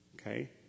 Okay